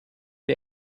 der